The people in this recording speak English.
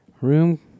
room